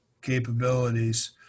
capabilities